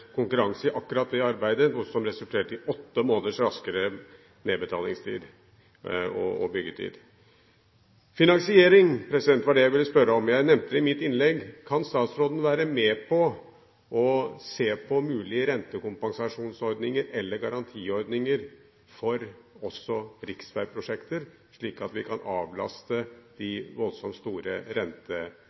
konkurranse i akkurat det arbeidet, noe som resulterte i åtte måneders kortere byggetid. Det var finansiering jeg ville spørre om, jeg nevnte det i mitt innlegg. Kan statsråden være med på å se på mulige rentekompensasjonsordninger eller garantiordninger for riksveiprosjekter også, slik at vi kan avlaste de voldsomt store